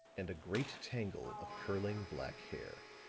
and a great tangle of curling black hair.